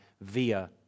via